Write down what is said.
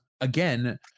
again